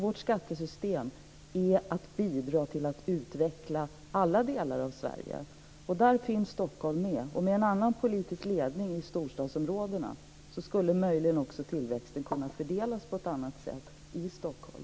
Vårt skattesystem syftar till att bidra till att utveckla alla delar av Sverige. Där finns Stockholm med. Med en annan politisk ledning i storstadsområdena skulle tillväxten möjligen kunna fördelas på ett annat sätt i Stockholm.